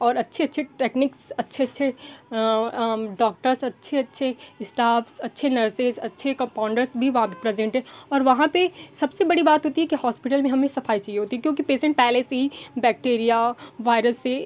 और अच्छे अच्छे टेक्नीक्स अच्छे अच्छे डॉक्टर्स अच्छे अच्छे इस्टाफ़्स अच्छे नर्सेस अच्छे कम्पाउंडर्स भी वहाँ पे प्रेजेंट है और वहाँ पे सबसे बड़ी बात होती है कि हॉस्पिटल में हमें सफाई चाहिए होती है क्योंकि पेसेन्ट पहले से ही बैक्टीरिया वायरस से